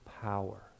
power